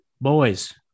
Boys